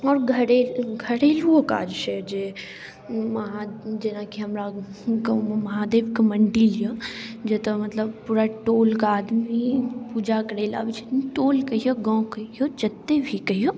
आओर घरे घरेलुओ काज छै जे महा जेनाकी हमरा गाँवमे महादेवके मंदिल यऽ जतऽ मतलब पूरा टोल कऽ आदमी पूजा करैला आबैत छथिन टोल कहियौ गाँव कहियौ जतएक भी कहियौ